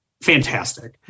fantastic